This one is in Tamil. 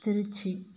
திருச்சி